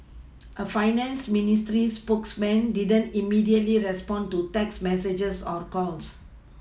a finance ministry spokesperson didn't immediately respond to text messages or calls